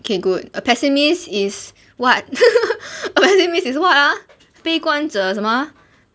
okay good a pessimist is what a pessimist is what ah 悲观者什么啊